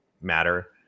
matter